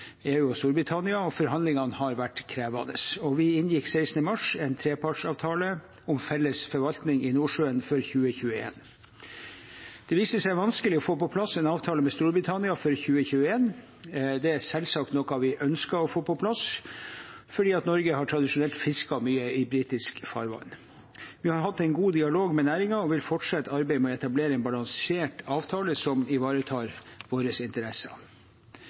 EU og Storbritannia. Forhandlingene har vært krevende, og vi inngikk 16. mars en trepartsavtale om felles forvaltning i Nordsjøen for 2021. Det viste seg vanskelig å få på plass en avtale med Storbritannia for 2021. Dette er selvsagt noe vi ønsket å få på plass, for Norge har tradisjonelt fisket mye i britisk farvann. Vi har hatt en god dialog med næringen og vil fortsette arbeidet med å etablere en balansert avtale som ivaretar våre interesser.